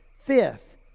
Fifth